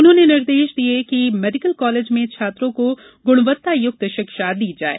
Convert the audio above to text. उन्होंने निर्देश दिये कि मेडीकल कालेज में छात्रों को गुणवत्तायुक्त शिक्षा दी जाये